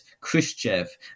Khrushchev